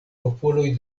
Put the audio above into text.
popoloj